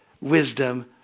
wisdom